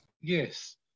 Yes